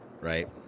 Right